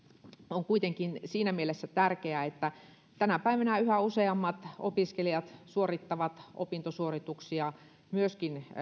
on kuitenkin siinä mielessä tärkeä että tänä päivänä yhä useammat opiskelijat suorittavat opintosuorituksia myöskin